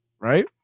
right